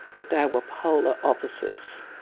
but they were polar opposites.